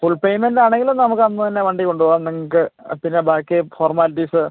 full പേയ്മെൻറ്റാണെങ്കിൽ നമുക്ക് എന്ന് തന്നെ വണ്ടി കൊണ്ടുപോകാം നിങ്ങൾക്ക് പിന്നെ ബാക്കി ഫോർമാലിറ്റീസ്